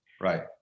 Right